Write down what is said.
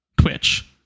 twitch